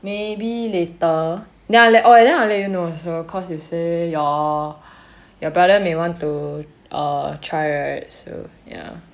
maybe later then I will let err oh then I will let you know also cause you say your your brother may want to err try right err so ya